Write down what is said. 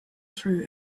through